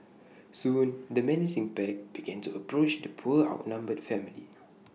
soon the menacing pack begin to approach the poor outnumbered family